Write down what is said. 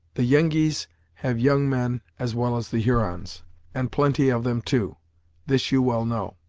the yengeese have young men, as well as the hurons and plenty of them, too this you well know.